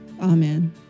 Amen